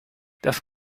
das